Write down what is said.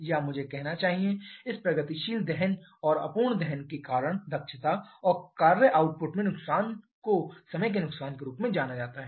या मुझे कहना चाहिए इस प्रगतिशील दहन और अपूर्ण दहन के कारण दक्षता और कार्य आउटपुट में नुकसान को समय के नुकसान के रूप में जाना जाता है